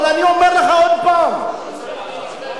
אבל אני אומר לך עוד פעם, הוא לא צריך להילחם.